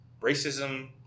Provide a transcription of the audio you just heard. Racism